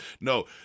No